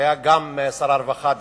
שהיה גם אז שר הרווחה,